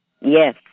Yes